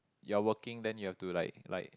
you are working then you have to like like